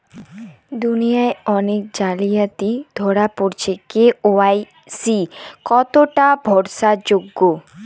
দুনিয়ায় অনেক জালিয়াতি ধরা পরেছে কে.ওয়াই.সি কতোটা ভরসা যোগ্য?